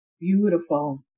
Beautiful